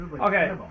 Okay